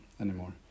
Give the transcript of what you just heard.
anymore